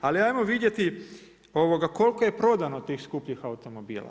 Ali ajmo vidjeti koliko je prodano tih skupljih automobila.